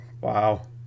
wow